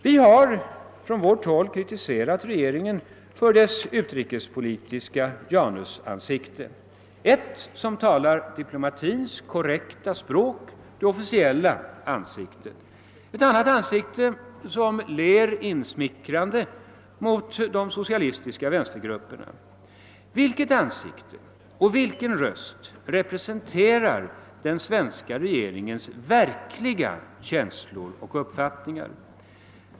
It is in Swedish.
Vi har från vårt håll kritiserat regeringen för dess utrikespolitiska Janus ansikte: å ena sidan diplomatins korrekta språk, det officiella ansiktet, å andra sidan ett insmickrande leende mot de socialistiska vänstergrupperna. Vilket ansikte och vilken röst representerar den svenska regeringens verkliga känslor och uppfattningar?